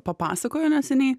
papasakojo neseniai